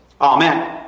Amen